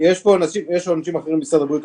יש אנשים אחרים ממשרד הבריאות,